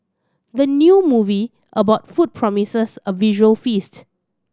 the new movie about food promises a visual feast